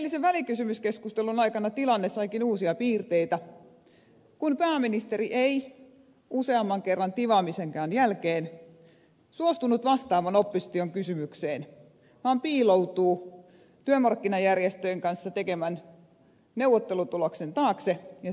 eilisen välikysymyskeskustelun aikana tilanne saikin uusia piirteitä kun pääministeri ei useamman kerran tivaamisenkaan jälkeen suostunut vastaamaan opposition kysymykseen vaan piiloutui työmarkkinajärjestöjen kanssa tekemän neuvottelutuloksen taakse ja sen muotoiluihin